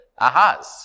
ahas